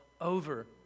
over